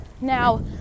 Now